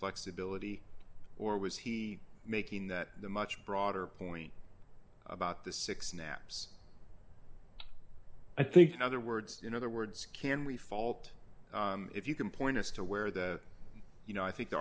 flexibility or was he making that the much broader point about the six naps i think other words in other words can we fault if you can point us to where the you know i think the